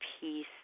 peace